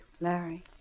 Larry